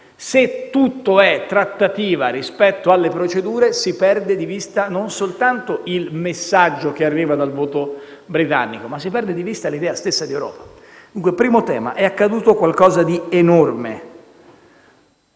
Se tutto è trattativa rispetto alle procedure, si perde di vista non soltanto il messaggio che arriva dal voto britannico, ma la stessa idea di Europa. Il primo tema quindi è che è accaduto qualcosa di enorme.